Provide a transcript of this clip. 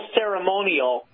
ceremonial